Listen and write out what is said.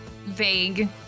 Vague